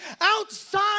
outside